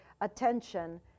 attention